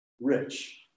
Rich